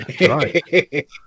right